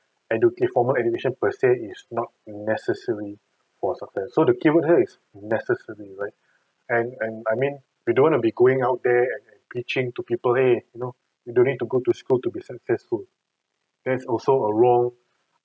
and to give formal education per se is not necessary for success so the keyword here is necessary right and and I mean we don't want to be going out there and and pitching to people !hey! you know you don't need to go to school to be successful that's also a role